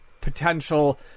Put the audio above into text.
potential